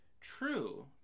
True